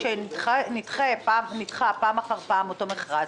וכשנדחה פעם אחר פעם אותו מכרז,